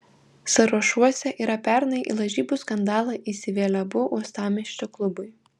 sąrašuose yra pernai į lažybų skandalą įsivėlę abu uostamiesčio klubai